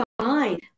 fine